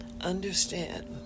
Understand